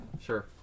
sure